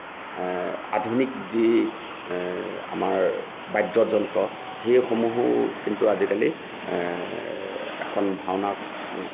আধুনিক যি আমাৰ বাদ্যযন্ত্ৰ সেইসমূহো কিন্তু আজিকালি এখন ভাওনাৰ